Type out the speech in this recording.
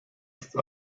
ist